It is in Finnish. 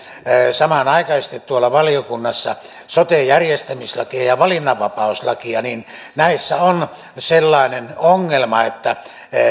samanaikaisesti valiokunnassa soten järjestämislakia ja ja valinnanvapauslakia niin näissä on sellainen ongelma että